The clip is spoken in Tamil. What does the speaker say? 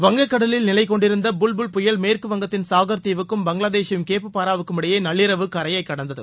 வங்கக்கடலில் நிலை கொண்டிருந்த புல் புயல் மேற்குவங்கத்தின் சாகர் தீவுக்கும் பங்களாதேஷின் கேப்புபாராவுக்கும் இடையே நள்ளிரவு கரையைக் கடந்தது